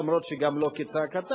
למרות שגם לא כצעקתה.